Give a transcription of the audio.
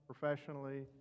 professionally